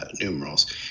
numerals